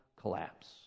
collapse